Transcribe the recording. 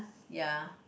ya